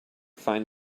find